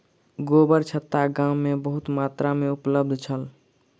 गोबरछत्ता गाम में बहुत मात्रा में उपलब्ध छल